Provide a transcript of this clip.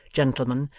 gentleman,